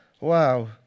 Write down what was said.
Wow